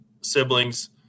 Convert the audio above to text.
siblings